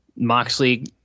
Moxley